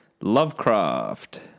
Lovecraft